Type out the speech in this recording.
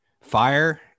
Fire